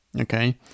okay